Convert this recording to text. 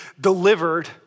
delivered